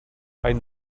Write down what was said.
ein